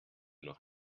noch